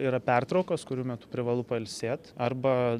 yra pertraukos kurių metu privalu pailsėt arba